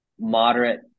moderate